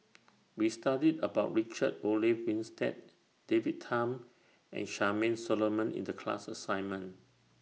We studied about Richard Olaf Winstedt David Tham and Charmaine Solomon in The class assignment